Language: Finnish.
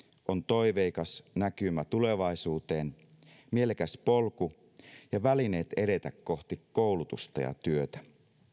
on toiveikas näkymä tulevaisuuteen mielekäs polku ja välineet edetä kohti koulutusta ja työtä